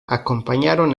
acompañaron